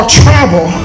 travel